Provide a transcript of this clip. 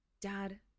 dad